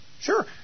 Sure